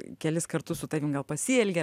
kelis kartus su tavim gal pasielgė